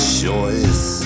choice